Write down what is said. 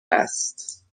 است